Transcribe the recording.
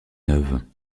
neuves